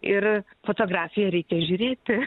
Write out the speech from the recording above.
ir fotografiją reikia žiūrėti